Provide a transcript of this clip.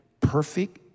perfect